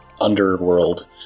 underworld